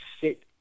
sit